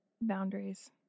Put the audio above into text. Boundaries